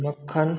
मक्खन